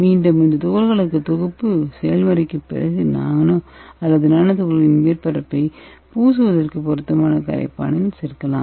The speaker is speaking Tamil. மீண்டும் இந்த துகள்களுக்கு தொகுப்பு செயல்முறைக்குப் பிறகு அல்லது நானோ துகள்களின் மேற்பரப்பை பூசுவதற்கு பொருத்தமான கரைப்பானில் சேர்க்கலாம்